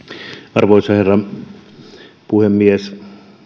arvoisa herra puhemies